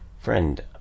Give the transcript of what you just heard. Friend